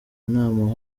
nama